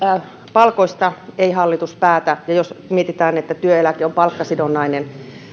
palkoista ei hallitus päätä ja jos mietitään että työeläke on palkkasidonnainen